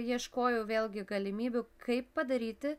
ieškojau vėlgi galimybių kaip padaryti